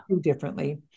differently